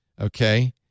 okay